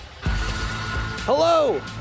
Hello